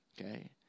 Okay